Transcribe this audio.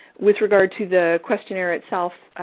with regard to the questionnaire itself,